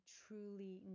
truly